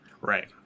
Right